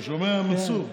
אתה שומע, מנסור?